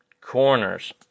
corners